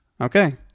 okay